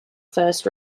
first